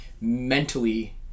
mentally